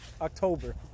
October